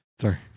Sorry